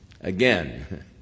again